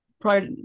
prior